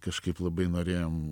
kažkaip labai norėjom